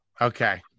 Okay